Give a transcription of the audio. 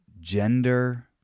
gender